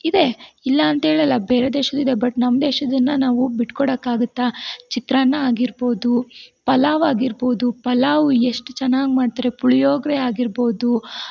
ಇದೆ ಇಲ್ಲ ಅಂತ್ಹೇಳಲ್ಲ ಬೇರೆ ದೇಶದ್ದು ಇದೆ ಬಟ್ ನಮ್ಮ ದೇಶದ್ದನ್ನು ನಾವು ಬಿಟ್ಕೊಡೋಕಾಗುತ್ತಾ ಚಿತ್ರಾನ್ನ ಆಗಿರ್ಬೋದು ಪಲಾವ್ ಆಗಿರ್ಬೋದು ಪಲಾವು ಎಷ್ಟು ಚೆನ್ನಾಗಿ ಮಾಡ್ತಾರೆ ಪುಳಿಯೋಗರೆ ಆಗಿರ್ಬೋದು